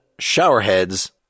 Showerheads